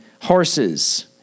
horses